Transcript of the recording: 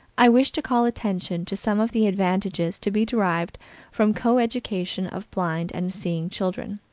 i wish to call attention to some of the advantages to be derived from coeducation of blind and seeing children.